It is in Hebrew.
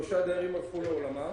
שלושה דיירים הלכו לעולמם.